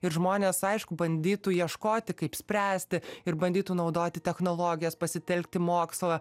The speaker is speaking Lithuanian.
ir žmonės aišku bandytų ieškoti kaip spręsti ir bandytų naudoti technologijas pasitelkti mokslą